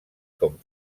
com